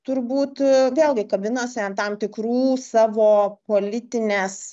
turbūt vėlgi kabinosi ant tam tikrų savo politinės